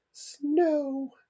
Snow